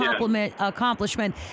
accomplishment